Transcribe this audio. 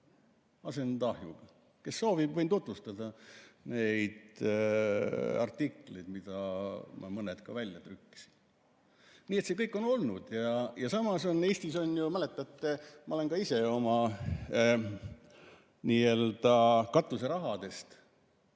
välja lõhkuda! Kes soovib, võin tutvustada neid artikleid, millest ma mõned ka välja trükkisin. Nii et see kõik on olnud. Ja samas on Eestis ju, mäletate, ma olen ka ise oma nii‑öelda katuserahadest